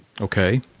Okay